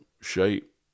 shape